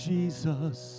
Jesus